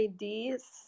LEDs